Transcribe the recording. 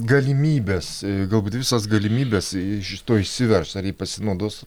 galimybes galbūt visas galimybes iš šito išsiveržt ar ji pasinaudos